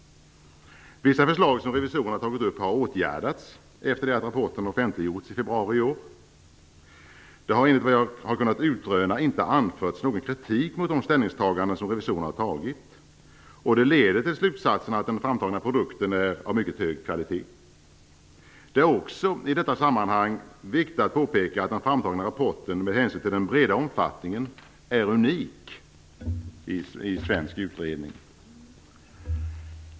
Vissa förslag som revisorerna har tagit upp har åtgärdats efter det att rapporten offentliggjordes i februari i år. Det har enligt vad jag har kunnat utröna inte anförts någon kritik mot de ställningstaganden som revisorerna har gjort. Det leder till slutsatsen att den framtagna produkten är av mycket hög kvalitet. Det är också i detta sammanhang viktigt att påpeka att den framtagna rapporten med hänsyn till den breda omfattningen är unik inom svensk utredning.